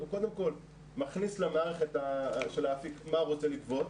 הוא קודם כל מכניס למערכת אפיק מה הוא רוצה לגבות.